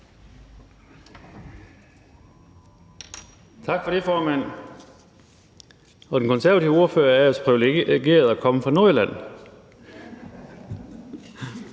Tak for det, formand – som konservativ ordfører er jeg så privilegeret at komme fra Nordjylland.